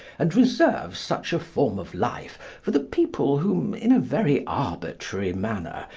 and reserves such a form of life for the people whom, in a very arbitrary manner,